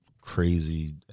crazy